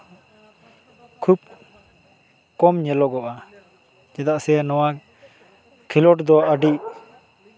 ᱠᱷᱩᱵ ᱠᱚᱢ ᱧᱮᱞᱚᱜᱚᱜᱼᱟ ᱪᱮᱫᱟᱜ ᱥᱮ ᱱᱚᱣᱟ ᱠᱷᱮᱞᱳᱰ ᱫᱚ ᱟᱹᱰᱤ